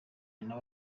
nawe